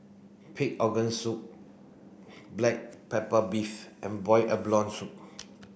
pig organ soup black pepper beef and boiled abalone soup